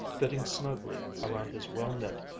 fitting snugly around his well-knit,